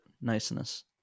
niceness